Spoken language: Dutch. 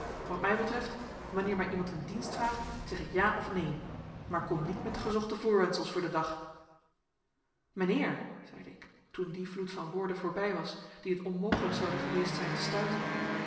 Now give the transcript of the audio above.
wat mij betreft wanneer mij iemand een dienst vraagt zeg ik ja of neen maar kom niet met gezochte voorwendsels voor den dag mijnheer zeide ik toen die vloed van woorden voorbij was dien het onmogelijk zonde geweest zijn te stuiten